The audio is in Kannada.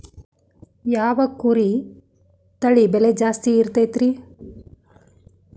ಯಾವ ಕುರಿ ತಳಿ ಬೆಲೆ ಜಾಸ್ತಿ ಇರತೈತ್ರಿ?